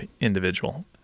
individual